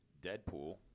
Deadpool